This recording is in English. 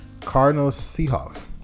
Cardinals-Seahawks